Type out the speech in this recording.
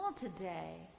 today